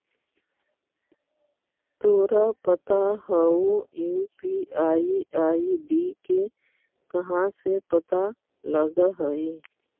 तोरा पता हउ, यू.पी.आई आई.डी के कहाँ से पता लगऽ हइ?